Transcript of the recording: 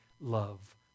love